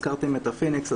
הזכרתם את הפניקס,